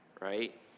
right